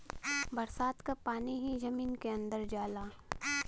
बरसात क पानी ही जमीन के अंदर जाला